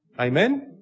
Amen